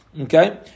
Okay